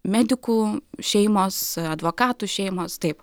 medikų šeimos advokatų šeimos taip